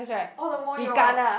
all the more your